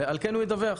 ועל כן הוא ידווח.